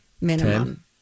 minimum